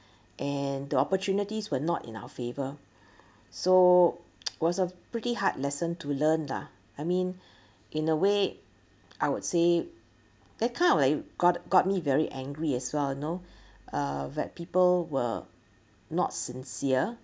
and the opportunities were not in our favour so was of pretty hard lesson to learn lah I mean in the way I would say that kind of like got got me very angry as well you know uh that people were not sincere